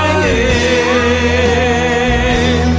a